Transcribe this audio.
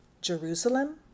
Jerusalem